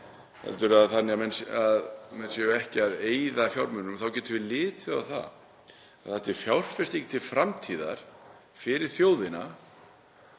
þannig að menn séu ekki að eyða fjármunum, þá getum við litið á það að þetta er fjárfesting til framtíðar fyrir þjóðina,